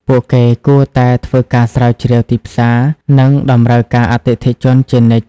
ពួកគេគួរតែធ្វើការស្រាវជ្រាវទីផ្សារ និងតម្រូវការអតិថិជនជានិច្ច។